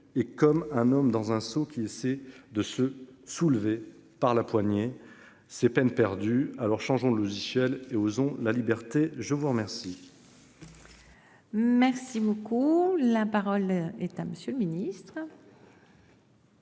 et comme un homme dans un seau qui essaie de se soulever par la poignée c'est peine perdue alors changeons de logiciel et osons la liberté. Je vous remercie.-- Merci beaucoup. La parole est à monsieur le Ministre.--